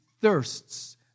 thirsts